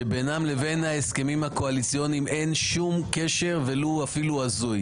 שבינם לבין ההסכמים הקואליציוניים אין שום קשר ולו הזוי.